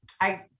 I-